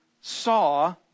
saw